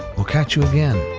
we'll catch you again,